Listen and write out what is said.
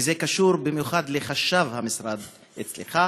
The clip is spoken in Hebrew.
וזה קשור במיוחד לחשב המשרד אצלך.